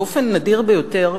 באופן נדיר ביותר,